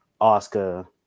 Oscar